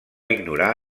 ignorar